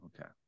okay